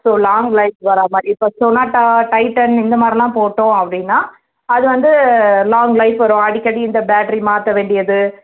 so long life வர்ற மாதிரி இப்போ சொனாட்டா டைட்டன் இந்தமாதிரிலாம் போட்டோம் அப்படின்னா அது வந்து லாங் லைஃப்பு வரும் அடிக்கடி இந்த பேட்டரி மாற்ற வேண்டியது